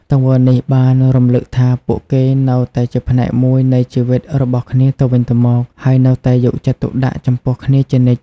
ទង្វើនេះបានរំឭកថាពួកគេនៅតែជាផ្នែកមួយនៃជីវិតរបស់គ្នាទៅវិញទៅមក ហើយនៅតែយកចិត្តទុកដាក់ចំពោះគ្នាជានិច្ច។